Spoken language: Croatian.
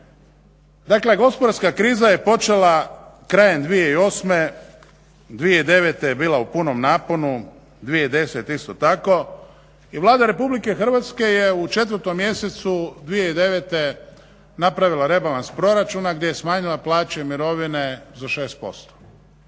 Dakle gospodarska kriza je počela krajem 2008., 2009. je bila u punom naponu, 2010. isto tako i Vlada Republike Hrvatske je u 4. mjesecu 2009. napravila rebalans proračuna gdje je smanjila plaće i mirovine za 6%.